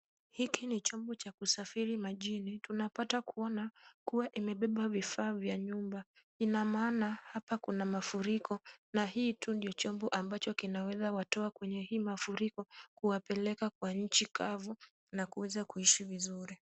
Hiki ni chombo cha kusafiri majini. Tunapata kuona kuwa imebeba vifaa vya nyumba. Ina maana hapa kuna mafuriko na hii tu ndio chombo ambacho kinaweza watoa kwa hii mafuriko kuwapeleka kwa nchi kavu na kuweza kuishi vizuri.